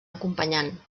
acompanyant